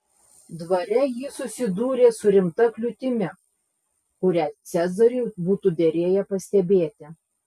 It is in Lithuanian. dvare ji susidūrė su rimta kliūtimi kurią cezariui būtų derėję pastebėti